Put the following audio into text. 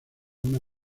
una